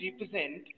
represent